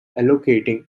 allocating